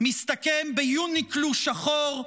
מסתכם ביוניקלו שחור,